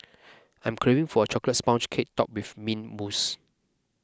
I'm craving for a Chocolate Sponge Cake Topped with Mint Mousse